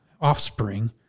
offspring